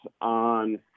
on